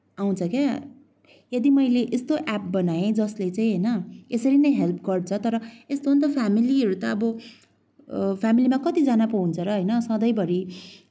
आउँछ क्या यदि मैले यस्तो एप बनाए जस्ले चाहिँ होइन यसरी नै हेल्प गर्छ तर यस्तो हो नि त फेमिलीहरू त अब फेमिलीमा कतिजना पो हुन्छ र हेइन सधैँभरी